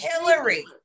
Hillary